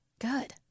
Good